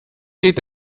geht